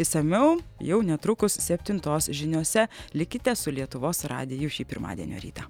išsamiau jau netrukus septintos žiniose likite su lietuvos radiju šį pirmadienio rytą